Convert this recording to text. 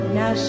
now